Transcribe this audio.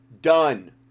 done